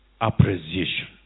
appreciation